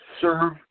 serve